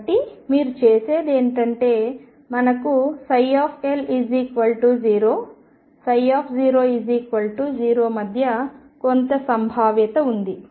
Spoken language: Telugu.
కాబట్టి మీరు చేసేది ఏమిటంటే మనకు L0 00 మధ్య కొంత సంభావ్యత ఉంది